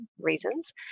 reasons